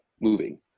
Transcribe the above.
moving